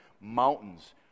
mountains